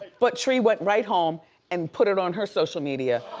but tree went right home and put it on her social media,